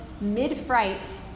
mid-fright